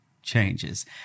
changes